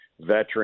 veteran